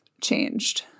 changed